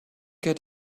get